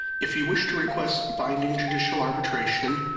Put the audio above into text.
if you wish to request binding judicial arbitration,